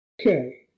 Okay